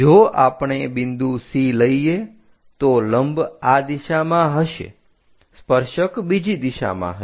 જો આપણે બિંદુ C લઈએ તો લંબ આ દિશામાં હશે સ્પર્શક બીજી દિશામાં હશે